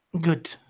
Good